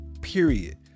Period